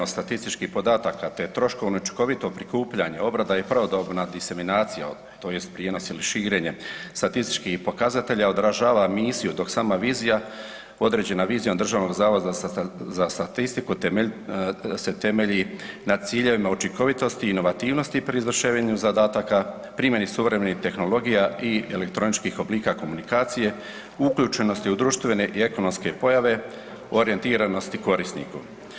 statističkih podataka te troškovno i učinkovito prikupljanje, obrada i pravodobna diseminacija tj. prijenos ili širenje statističkih podataka odražava misiju dok sama vizija, određena vizija Državnog zavoda za statistiku se temelji na ciljevima učinkovitosti i inovativnosti pri izvršavanju zadataka, primjeni suvremenih tehnologija i elektroničkih oblika komunikacije, uključenosti u društvene i ekonomske pojave orijentiranosti korisniku.